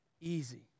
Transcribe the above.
easy